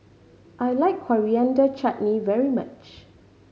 I like Coriander Chutney very much